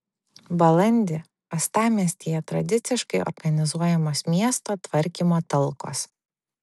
balandį uostamiestyje tradiciškai organizuojamos miesto tvarkymo talkos